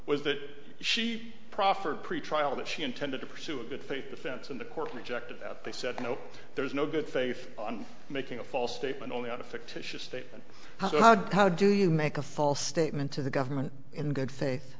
was that she proffered pretrial that she intended to pursue a good faith defense in the court rejected that they said no there is no good faith on making a false statement only on a fictitious statement how do you make a false statement to the government in good faith